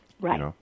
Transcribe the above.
Right